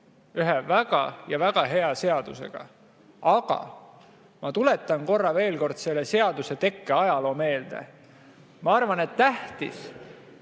ühe väga ja väga hea seadusega. Aga ma tuletan korra veel meelde selle seaduse tekke ajaloo. Ma arvan, et tähtis